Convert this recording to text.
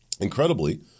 Incredibly